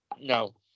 No